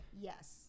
Yes